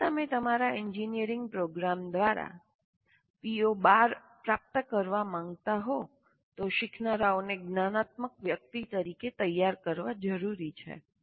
જો તમે તમારા એન્જિનિયરિંગ પ્રોગ્રામ દ્વારા PO 12 પ્રાપ્ત કરવા માંગતા હો તો શીખનારાઓને જ્ઞાનાત્મક વ્યક્તિ તરીકે તૈયાર કરવા જરૂરી છે